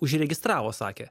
užregistravo sakė